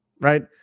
right